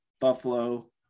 Buffalo